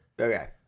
Okay